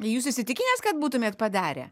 jūs įsitikinęs kad būtumėt padarę